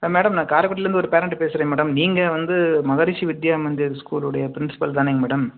ஆ madam நான் காரைக்குடிலந்து ஒரு பேரண்ட் பேசுகிறேன் மேடம் நீங்கள் வந்து மகரிஷி வித்யா மந்திரி ஸ்கூலுடைய ப்ரின்சிபல் தானேங்க மேடம்